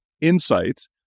insights